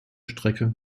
strecke